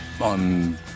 on